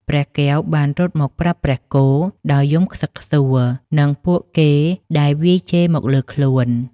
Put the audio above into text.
ព្រះកែវបានរត់មកប្រាប់ព្រះគោដោយយំខ្សឹកខ្សួលនឹងពួកគេដែលវាយជេរមកលើខ្លួន ។